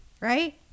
Right